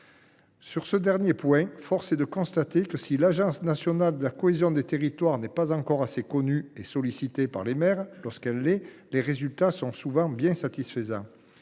de ce dernier point, force est de constater que, si l’Agence nationale de la cohésion des territoires n’est pas encore assez connue ni assez sollicitée par les maires, les résultats sont bien souvent satisfaisants